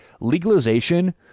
legalization